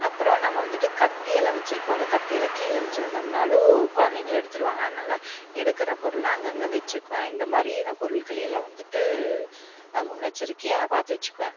அப்றம் நம்ம வந்துட்டு கத்தி எல்லாம் வச்சிருப்போம் அந்த கத்தியெல்லாம் கீழே வச்சிருந்தோம்னாலும் குழந்தைங்க எடுத்துடுவாங்க அதனால எடுக்கிறப் பொருள்லாம் அங்கங்கே வச்சிக்குவேன் இந்தமாதிரி நான் பொருட்கள் எல்லாம் வந்துட்டு முன்னெச்செரிக்கையாக பார்த்து வச்சிக்குவேன்